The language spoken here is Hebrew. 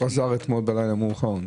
הוא חזר אתמול בלילה מאוחר.